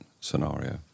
scenario